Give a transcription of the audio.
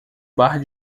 bar